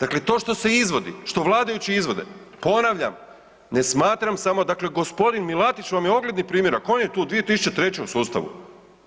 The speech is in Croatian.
Dakle, to što se izvode, što vladajući izvode, ponavljam ne smatram samo, dakle gospodin Milatić vam je ogledni primjerak on je tu 2003. u sustavu,